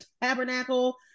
tabernacle